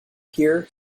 peer